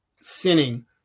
sinning